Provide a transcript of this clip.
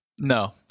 No